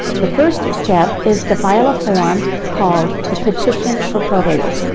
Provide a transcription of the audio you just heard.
the first step is to file a form called the petition for probate.